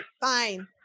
fine